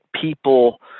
people